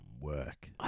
work